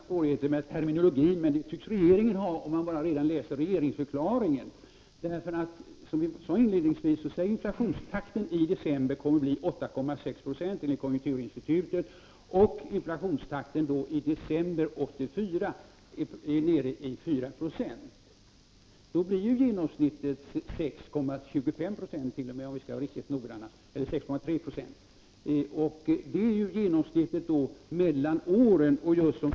Herr talman! Jag har inga svårigheter med terminologin, men det tycks regeringen ha. Man behöver bara läsa regeringsförklaringen för att konstatera det. Som vi sade inledningsvis kommer inflationstakten i december 1983 att bli 8,6 70 enligt konjunkturinstitutet. Om inflationstakten i december 1984 är nere i 4 20, blir den genomsnittliga prisstegringen 6,25 26, om vi skall vara riktigt noggranna, eller 6,3 70. Det är genomsnittet vid en jämförelse mellan åren.